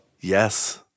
Yes